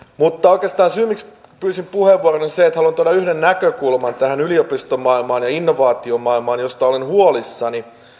mutta oikeastaan syy miksi pyysin puheenvuoron on se että haluan tuoda yhden näkökulman tähän yliopistomaailmaan ja innovaatiomaailmaan josta olen huolissani